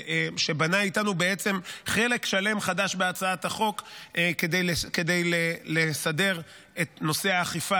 שבנה איתנו חלק שלם חדש בהצעת החוק כדי לסדר את נושא האכיפה